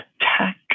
attack